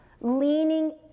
Leaning